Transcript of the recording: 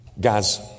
Guys